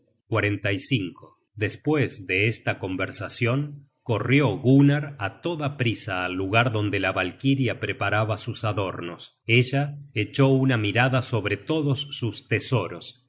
de muchos hombres despues de esta conversacion corrió gunnar á toda prisa al lugar donde la valkiria preparaba sus adornos ella echó una mirada sobre todos sus tesoros